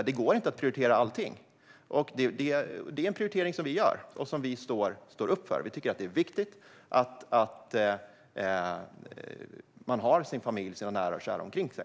Det går inte att prioritera allt, och det här är en prioritering vi gör och står upp för. Vi tycker att det är viktigt att man har sina nära och kära omkring sig.